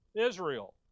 Israel